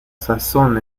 sazón